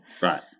Right